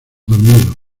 dormido